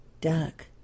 duck